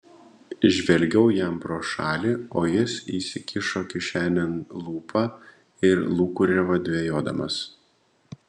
žvelgiau jam pro šalį o jis įsikišo kišenėn lupą ir lūkuriavo dvejodamas